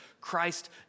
Christ